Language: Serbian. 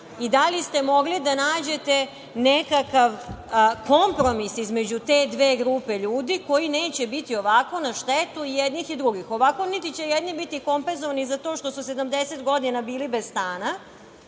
Da li ste mogli da nađete nekakav kompromis između te dve grupe ljudi, koji neće biti ovako na štetu jednih i drugih? Ovako niti će jedni biti kompenzovani za to što su 70 godina bili bez stana,